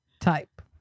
type